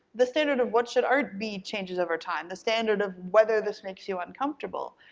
the standard of what should art be changes over time, the standard of whether this makes you uncomfortable.